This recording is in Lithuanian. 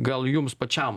gal jums pačiam